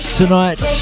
tonight